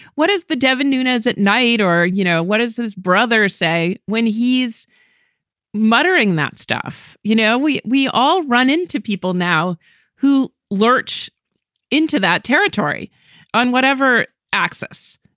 what is the devin nunez at night or you know, what is his brother say when he's muttering that stuff? you know, we we all run into people now who lurch into that territory on whatever axis.